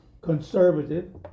conservative